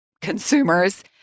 consumers